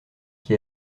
qui